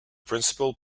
principal